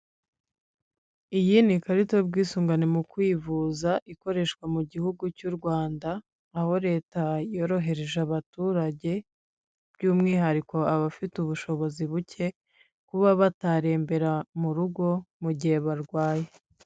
Iyi ni ikarita y'ubwisungane mu kwivuza, ikoreshwa mu Gihugu cy'u Rwanda, aho Leta yorohereje abaturage, by'umwihariko abafite ubushobozi buke, kuba batarembera mu rugo mu gihe barwaye.